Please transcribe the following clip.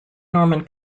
norman